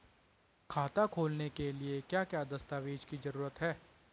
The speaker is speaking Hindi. खाता खोलने के लिए क्या क्या दस्तावेज़ की जरूरत है?